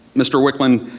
mr. wicklund,